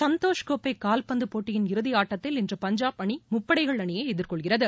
சந்தோஷ் கோப்பை கால்பந்து போட்டியின் இறுதி ஆட்டத்தில் இன்று பஞ்சாப் அணி முப்படைகள் அணியை எதிர்கொள்கிறது